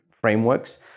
frameworks